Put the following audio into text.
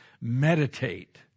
meditate